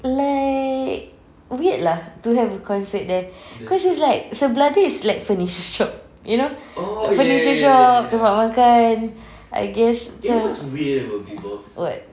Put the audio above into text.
like weird lah to have a concert there cause it's like sebelah dia is like furniture shop you know the furniture shop tempat makan I guess macam what